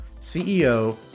CEO